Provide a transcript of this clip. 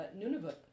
Nunavut